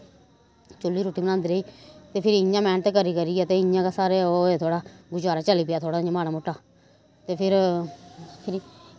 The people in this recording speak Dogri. चुल्ली रुट्टी बनांदी रेही ते फिरी इ'यां मैह्नत करी करियै ते इ'यां गै सारे ओह् होए थोह्ड़ा गुजारा चली पेआ थोह्ड़ा इ'यां माड़ा मुट्टा ते फिर फिरी